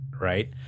right